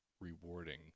rewarding